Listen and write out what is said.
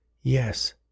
Yes